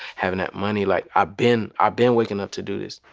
having that money, like i been i been waking up to do this.